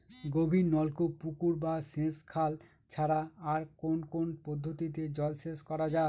গভীরনলকূপ পুকুর ও সেচখাল ছাড়া আর কোন কোন পদ্ধতিতে জলসেচ করা যায়?